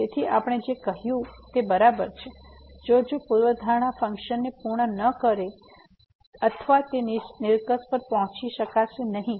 તેથી આપણે જે કહ્યું છે તે બરાબર છે જો જો પૂર્વધારણાઓ ફંક્શનને પૂર્ણ ન કરે તો અથવા તે નિષ્કર્ષ પર પહોંચી શકશે નહીં